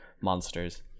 monsters